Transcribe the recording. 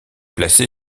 placé